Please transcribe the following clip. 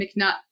McNutt